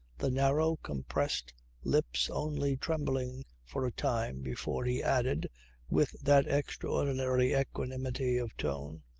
the narrow compressed lips only trembling for a time before he added with that extraordinary equanimity of tone,